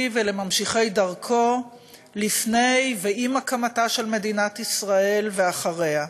ולממשיכי דרכו לפני ועם הקמתה של מדינת ישראל ואחריה.